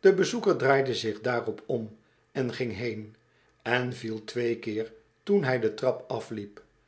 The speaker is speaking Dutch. de bezoeker draaide zich daarop om en ging heen en viel twee keer toen hij de trap afliep